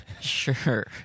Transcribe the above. Sure